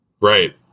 Right